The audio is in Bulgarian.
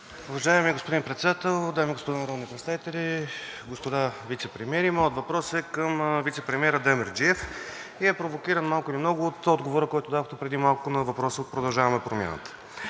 Уважаеми господин Председател, дами и господа народни представители, господа вицепремиери! Моят въпрос е към вицепремиера Демерджиев и е провокиран малко или много от отговора, който дадохте преди малко на въпрос от „Продължаваме Промяната“.